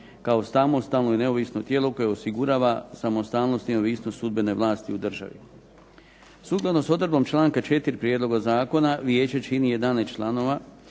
kao samostalno i neovisno tijelo koje osigurava samostalnost i neovisnost sudbene vlasti u državi. Sukladno s odredbom članka 4. prijedloga zakona vijeće čini 11 članova,